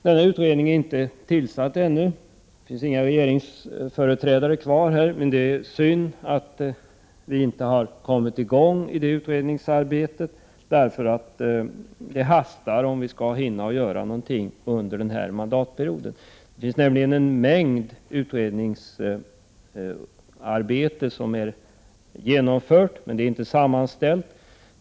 Den utredningen är inte tillsatt ännu. Det finns inga regeringsföreträdare kvari salen nu, men jag vill säga att det är synd att vi inte har kommit i gång i det utredningsarbetet. Det hastar nämligen, om vi skall kunna hinna göra någonting under denna mandatperiod. Det finns en mängd utredningsarbete som är genomfört men inte sammanställt.